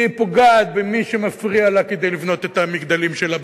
היא פוגעת במי שמפריע לה לבנות את המגדלים שלה,